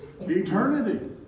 eternity